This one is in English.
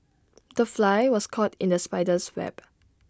the fly was caught in the spider's web